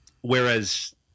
Whereas